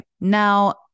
Now